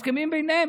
כשהם מסכימים ביניהם,